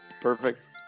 perfect